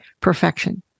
perfection